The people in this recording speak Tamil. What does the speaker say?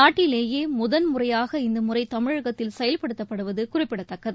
நாட்டிலேயே முதல் முறையாக இந்த முறை தமிழகத்தில் செயல்படுத்தப்படுவது குறிப்பிடத்தக்கது